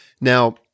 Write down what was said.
Now